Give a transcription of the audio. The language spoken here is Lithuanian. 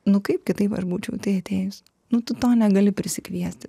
nu kaip kitaip būčiau į tai atėjus nu tu to negali prisikviesti